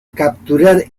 capturar